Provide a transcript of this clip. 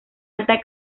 alta